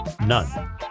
None